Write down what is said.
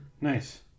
Nice